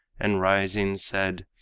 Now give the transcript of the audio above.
and rising said,